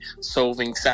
solving